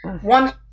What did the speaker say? one